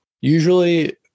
Usually